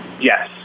Yes